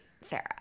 Sarah